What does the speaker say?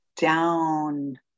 down